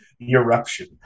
Eruption